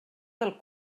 del